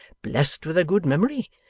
blessed with a good memory,